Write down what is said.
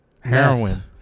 Heroin